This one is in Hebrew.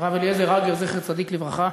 הרב אליעזר הגר, זכר צדיק לברכה,